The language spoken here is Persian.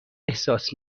احساس